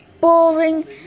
boring